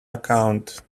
account